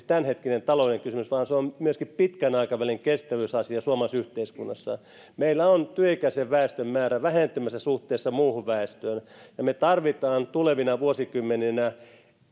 tämänhetkinen taloudellinen kysymys vaan se on myöskin pitkän aikavälin kestävyysasia suomalaisessa yhteiskunnassa meillä on työikäisen väestön määrä vähentymässä suhteessa muuhun väestöön ja me tarvitsemme tulevina vuosikymmeninä